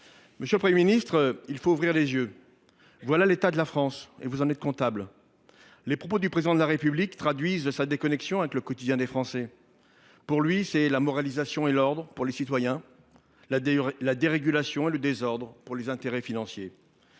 Monsieur le Premier ministre, il faut ouvrir les yeux. Tel est l’état de la France, dont vous êtes comptable. Les propos du Président de la République traduisent sa déconnexion avec le quotidien des Français. Pour lui, c’est la moralisation et l’ordre pour les citoyens, la dérégulation et le désordre pour les intérêts financiers.